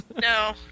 no